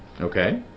Okay